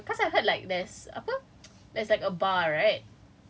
okay lah like atas atas punya food court cause I heard like there's apa